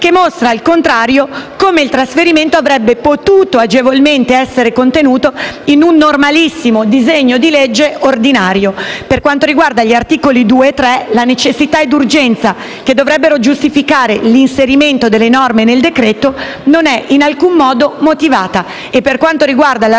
che mostra, al contrario, come il trasferimento avrebbe potuto agevolmente essere contenuto in un normalissimo disegno di legge ordinario. Per quanto riguarda gli articoli 2 e 3, la necessità ed urgenza che dovrebbero giustificare l'inserimento delle norme nel decreto, non è in alcun modo motivata e, per quanto riguarda